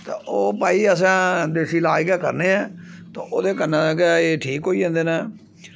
ते ओह् भाई असें देसी लाज गै करने ऐं ते ओह्दे कन्नै गै एह् ठीक होई जन्दे न